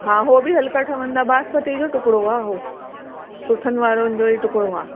हा उहो बि हलिका ठहंदा बासमती जो टूकिड़ो आहे उहो टूटनि वारनि जो ई टूकिड़ो आहे